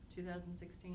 2016